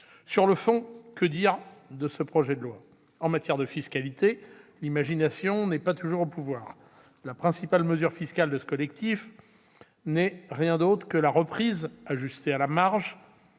Sur le fond, que dire de ce projet de loi ? En matière de fiscalité, l'imagination n'est toujours pas au pouvoir. La principale mesure fiscale de ce collectif n'est rien d'autre que la reprise, ajustée à la marge,